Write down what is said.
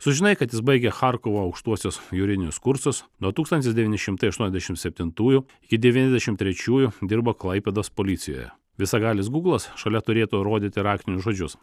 sužinai kad jis baigė charkovo aukštuosius jūrinius kursus nuo tūkstantis devyni šimtai aštuoniasdešim septintųjų iki devyniasdešim trečiųjų dirbo klaipėdos policijoje visagalis gūglas šalia turėtų rodyti raktinius žodžius